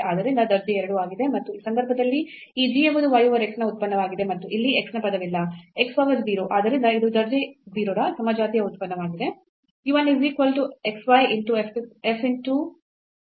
ಆದ್ದರಿಂದ ದರ್ಜೆ 2 ಆಗಿದೆ ಮತ್ತು ಈ ಸಂದರ್ಭದಲ್ಲಿ ಈ g ಎಂಬುದು y over x ನ ಉತ್ಪನ್ನವಾಗಿದೆ ಮತ್ತು ಇಲ್ಲಿ x ನ ಪದವಿಲ್ಲ